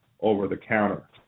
over-the-counter